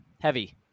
heavy